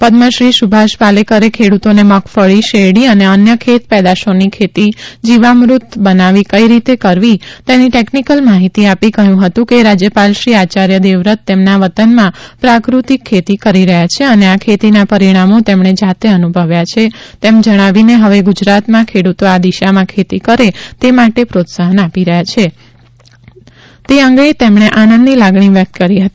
પદ્મશ્રી સુભાષ પાલેકરે ખેડૂતોને મગફળી શેરડી અને અન્ય ખેત પેદાશોની ખેતી જીવામૃત બનાવી કઇ રીતે કરવી તેની ટેકનીકલ માહિતી આપી કહ્યુ હતુ કે રાજ્યપાલશ્રી આચાર્ય દેવવ્રત તેમના વતનમા પ્રાકૃતિક ખેતી કરી રહ્યા છે અને આ ખેતીના પરિણામો તેમણે જાતે અનુભવ્યા છે તેમ જણાવીને હવે ગુજરાતમા ખેડૂતો આ દિશામાં ખેતી કરે તે માટે પ્રોત્સાહન આપી રહ્યા છે તે અંગે આનંદની લાગણી વ્યક્ત કરી હતી